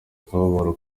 akababaro